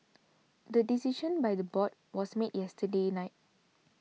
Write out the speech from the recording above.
the decision by the board was made yesterday night